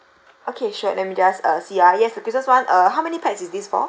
okay sure let me just uh see ah yes the christmas [one] uh how many pax is this for